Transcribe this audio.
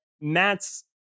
Matt's